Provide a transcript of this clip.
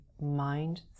mind